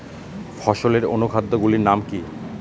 ফসলের অনুখাদ্য গুলির নাম কি?